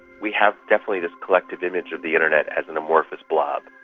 we have definitely this collective image of the internet as an amorphous blob.